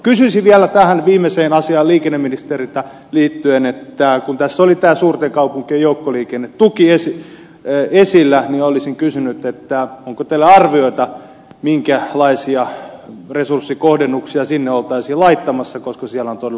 kysyisin vielä tähän viimeiseen asiaan liittyen liikenneministeriltä kun tässä oli suurten kaupunkien joukkoliikennetuki esillä onko teillä arviota minkälaisia resurssikohdennuksia sinne oltaisiin laittamassa koska siellä on todella huutava pula